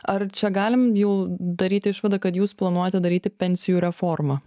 ar čia galim jau daryt išvadą kad jūs planuojate daryti pensijų reformą